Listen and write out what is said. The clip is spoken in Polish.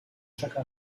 czeka